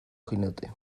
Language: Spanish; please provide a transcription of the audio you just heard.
jinete